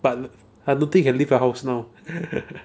but I don't think you can leave your house now